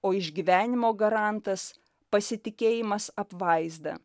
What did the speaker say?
o išgyvenimo garantas pasitikėjimas apvaizda